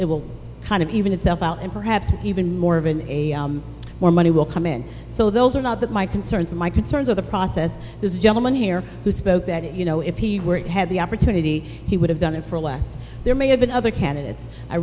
it will kind of even itself out and perhaps even more of an age where money will come in so those are not that my concerns my concerns with the process this gentleman here who spoke that you know if he had the opportunity he would have done it for less there may have been other candidates i